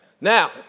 Now